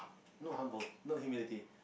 no humble no humanity